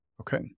Okay